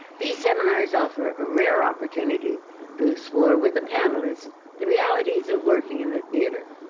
these seminars offer a rare opportunity to explore with the panelists the realities of working in the theatre.